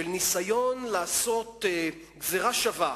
של ניסיון לעשות גזירה שווה